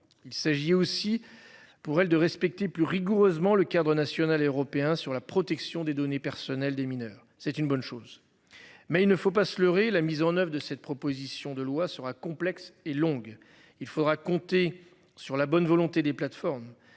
Il s'agit aussi pour elle de respecter plus rigoureusement le cadre national et européen sur la protection des données personnelles des mineurs, c'est une bonne chose. Mais il ne faut pas se leurrer, la mise en oeuvre de cette proposition de loi sera complexe et longue. Il faudra compter sur la bonne volonté des plateformes.